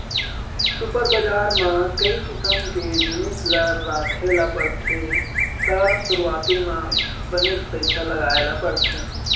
super बजार म कई किसम के जिनिस ल राखे ल परथे त सुरूवाती म बनेच पइसा लगाय ल परथे